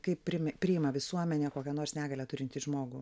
kaip priimi priima visuomenė kokią nors negalią turintį žmogų